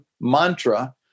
mantra